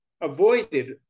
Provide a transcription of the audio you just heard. avoided